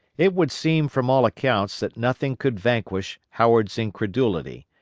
it would seem from all accounts that nothing could vanquish howard's incredulity.